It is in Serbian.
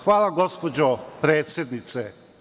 Hvala, gospođo predsednice.